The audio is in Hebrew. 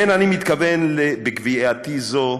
ואין אני מתכוון בקביעתי זו